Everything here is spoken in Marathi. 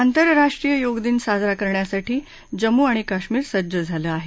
आंतरराष्ट्रीय योगदिन साजरा करण्यासाठी जम्मू कश्मीर सज्ज झालं आहे